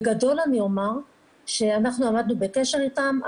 בגדול אני אומר שעמדנו בקשר איתם,